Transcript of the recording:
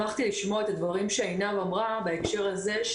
שמחתי לשמוע את הדברים שעינב לוק אמרה בהקשר הזה,